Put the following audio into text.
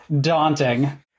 daunting